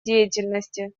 деятельности